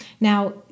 Now